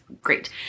great